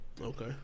Okay